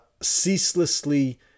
ceaselessly